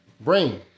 Brain